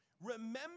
Remember